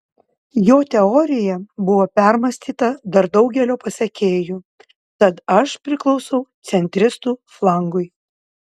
jo teorija buvo permąstyta dar daugelio pasekėjų tad aš priklausau centristų flangui